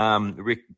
Rick